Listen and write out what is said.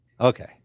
Okay